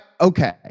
okay